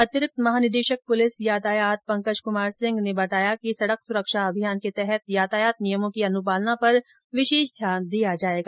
अतिरिक्त महानिदेशक पुलिस यातायात पंकज कुमार सिंह ने बताया कि सडक सुरक्षा अभियान के तहत यातायात नियमों की अनुपालना पर विशेष ध्यान दिया जायेगा